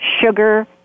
sugar